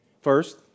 First